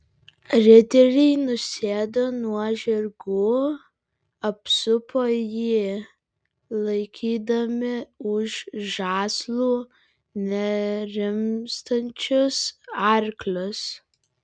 riteriai nusėdo nuo žirgų apsupo jį laikydami už žąslų nerimstančius arklius